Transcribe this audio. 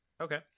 Okay